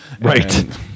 Right